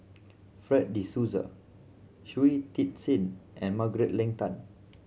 Fred De Souza Shui Tit Sing and Margaret Leng Tan